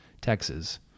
Texas